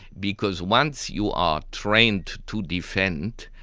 because once you are trained to defend,